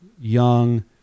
young